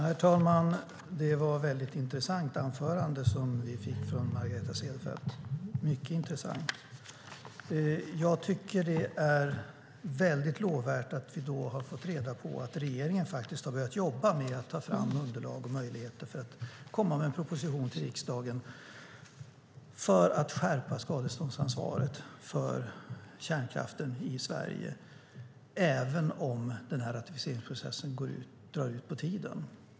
Herr talman! Det var ett mycket intressant anförande som Margareta Cederfelt höll. Jag tycker att det är mycket lovvärt att vi har fått reda på att regeringen har börjat jobba för att ta fram underlag och möjligheter för att komma med en proposition till riksdagen om att skärpa skadeståndsansvaret för kärnkraften i Sverige även om den här ratificeringsprocessen drar ut på tiden.